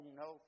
no